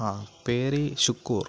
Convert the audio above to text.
ആ പേര് ശുക്കൂർ